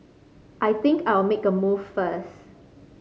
I think I'll make a move first